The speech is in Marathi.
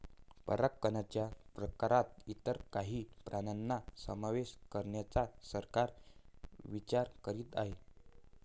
परागकणच्या प्रकारात इतर काही प्राण्यांचा समावेश करण्याचा सरकार विचार करीत आहे